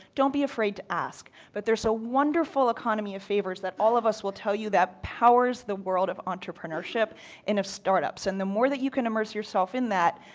don't be afraid to ask. but there's a wonderful economy of favors that all of us will tell you that powers the world of entrepreneurship and of startups. and the more that you can immerse yourself in that,